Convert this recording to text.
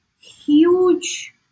huge